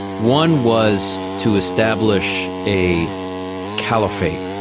one was to establish a caliphate,